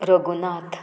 Raghunath